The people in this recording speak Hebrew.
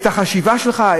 את החשיבה שלך,